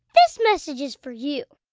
this message is for you